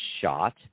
shot